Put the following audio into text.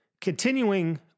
Continuing